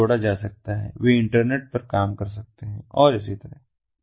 उन्हें जोड़ा जा सकता है वे इंटरनेट पर काम कर सकते हैं और इसी तरह